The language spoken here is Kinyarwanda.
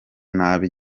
nabi